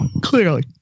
Clearly